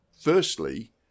Firstly